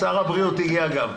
גם שר הבריאות הגיע.